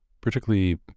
particularly